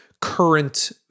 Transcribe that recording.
current